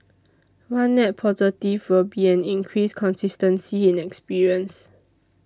one net positive will be an increased consistency in experience